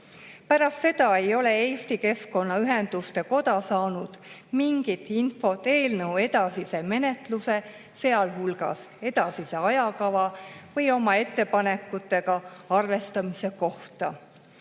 Pärast seda ei ole Eesti Keskkonnaühenduste Koda saanud mingit infot eelnõu edasise menetluse, sealhulgas edasise ajakava või nende ettepanekutega arvestamise kohta.